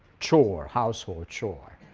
chore, household chore.